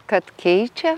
kad keičia